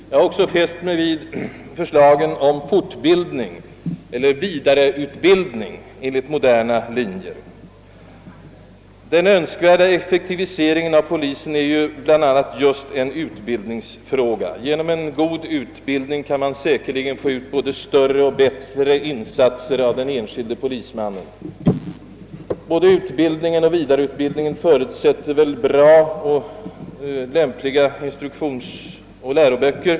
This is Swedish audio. Jag har också fäst mig vid förslagen om vidareutbildning enligt moderna linjer. Den önskade effektiviseringen av polisens verksamhet är bl.a. just en utbildningsfråga. Genom en god utbild ning kan man säkerligen få ut både större och bättre insatser av den enskilde polismannen. Både utbildningen och vidareutbildningen förutsätter goda och lämpliga instruktionsoch läroböcker.